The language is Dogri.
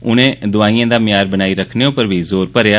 उनें दोआईएं दा म्यार बनाई रक्खने उप्पर बी ज़ोर भरेआ